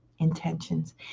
intentions